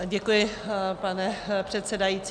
Děkuji, pane předsedající.